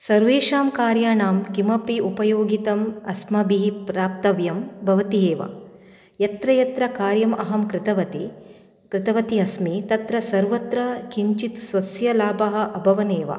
सर्वेषां कार्याणां किमपि उपयोगितम् अस्माभिः प्राप्तव्यं भवति एव यत्र यत्र कार्यमहं कृतवती कृतवती अस्मि तत्र सर्वत्र किञ्चित् स्वस्य लाभः अभवन् एव